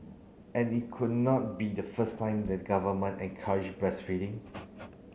and it could not be the first time the government encouraged breastfeeding